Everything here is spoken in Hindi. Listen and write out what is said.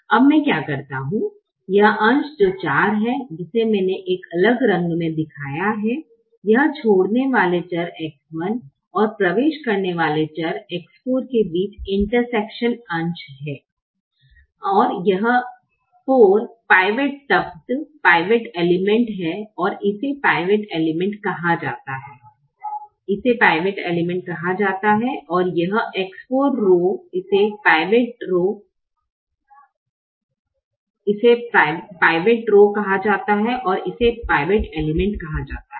अब मैं क्या करता हूं यह अंश जो 4 है जिसे मैंने एक अलग रंग में दिखाया है यह छोड़ने वाले चर X 1 और प्रवेश करने वाले चर X 4 के बीच इंटरसेक्शन अंश है और यह 4 मुख्य तत्व है और इसे पिवट एलिमेंट कहा जाता है यह X4 रो इसे पिवट रो है इसे पिवट एलीमेंट कहा जाता है